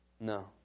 No